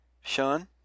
Sean